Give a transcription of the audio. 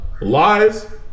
Lies